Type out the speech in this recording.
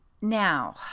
Now